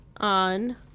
On